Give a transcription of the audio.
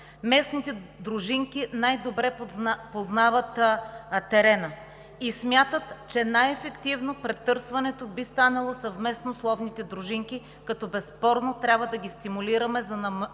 местните дружинки най-добре познават терена и смятат, че претърсването би станало най-ефективно съвместно с ловните дружинки, като безспорно трябва да ги стимулираме за намирана